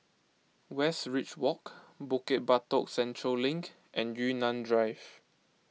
Westridge Walk Bukit Batok Central Link and Yunnan Drive